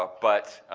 ah but